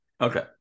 Okay